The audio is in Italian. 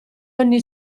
ogni